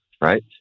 right